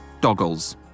Doggles